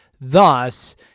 Thus